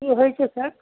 কি হয়েছে স্যার